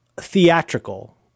theatrical